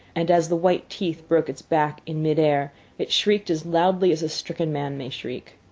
and as the white teeth broke its back in mid air it shrieked as loudly as a stricken man may shriek.